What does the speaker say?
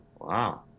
wow